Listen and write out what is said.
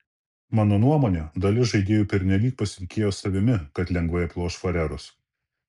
mano nuomone dalis žaidėjų pernelyg pasitikėjo savimi kad lengvai aploš farerus